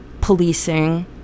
policing